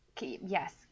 yes